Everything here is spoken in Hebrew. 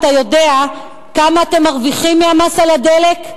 אתה יודע כמה אתם מרוויחים מהמס על הדלק?